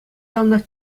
яланах